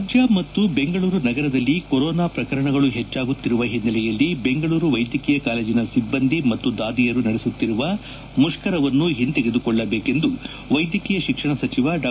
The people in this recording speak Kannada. ರಾಜ್ಯ ಮತ್ತು ಬೆಂಗಳೂರು ನಗರದಲ್ಲಿ ಕೊರೋನಾ ಪ್ರಕರಣಗಳು ಹೆಚ್ಚಾಗುತ್ತಿರುವ ಹಿನ್ನೆಲೆಯಲ್ಲಿ ಬೆಂಗಳೂರು ವೈದ್ಯಕೀಯ ಕಾಲೇಜಿನ ಸಿಬ್ಬಂದಿ ಮತ್ತು ದಾದಿಯರು ನಡೆಸುತ್ತಿರುವ ಮುಷ್ಕರವನ್ನು ಹಿಂದೆತೆಗೆದುಕೊಳ್ಳಬೇಕೆಂದು ವೈದ್ಯಕೀಯ ಶಿಕ್ಷಣ ಸಚಿವ ಡಾ